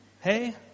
hey